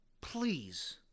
please